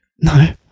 no